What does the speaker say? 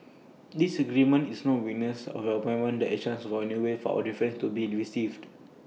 disagreement is not weakness and your appointment is A chance for A new way for our differences to be received